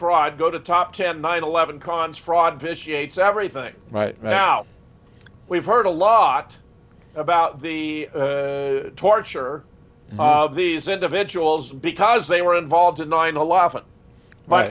fraud go to top ten nine eleven cons fraud vitiate everything right now we've heard a lot about the torture of these individuals because they were involved in nine eleven but